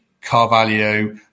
Carvalho